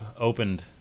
opened